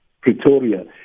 Pretoria